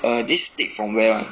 uh this stick from where ah